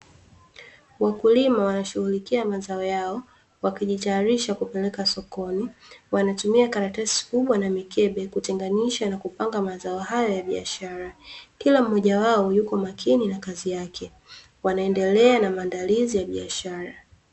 Wakulima wanashughulikia mazao yao wakijitayarisha kupeleka sokoni, wanatumia karatasi kubwa na mikebe kutenganisha na kupanga mazao hayo ya biashara. Kila mmoja wao yuko makini na kazi yake wanaendelea na maandalizi y biashara.